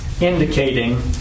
indicating